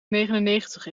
negenennegentig